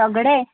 सगळें